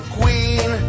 queen